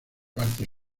parte